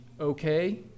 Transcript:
okay